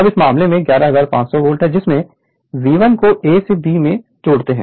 अब इस मामले में 11500 वोल्ट है जिसमें V1 को A से B मैं जोड़ते हैं